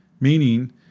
Meaning